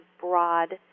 broad